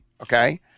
okay